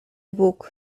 bóg